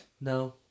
No